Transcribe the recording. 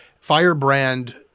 firebrand